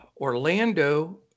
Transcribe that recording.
Orlando